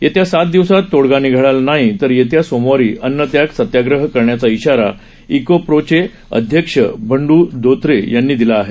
येत्या सात दिवसात तोडगा निघाला नाही तर येत्या सोमवारी अन्नत्याग सत्याग्रह करण्याचा इशारा इको प्रो चे अध्यक्ष बंडू धोतरे यांनी दिला आहे